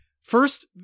First